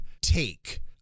take